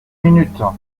minutes